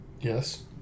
Yes